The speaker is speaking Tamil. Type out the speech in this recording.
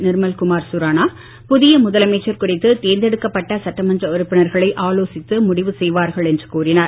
நிர்மல்குமார் சுரானா புதிய முதலமைச்சர் குறித்து தேர்ந்தெடுக்கப்பட்ட சட்டமன்ற உறுப்பினர்கள் ஒன்று சேர்ந்து முடிவு செய்வார்கள் என்று கூறினார்